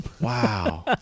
Wow